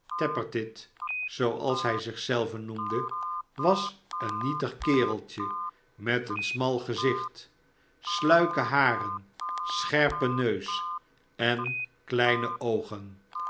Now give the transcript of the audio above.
simon tappertit zooals hij zich zelven noemde was een metig kereltje met een smal gezicht sluike haren scherpen neus en kleine oogen